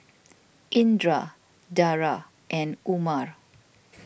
Indra Dara and Umar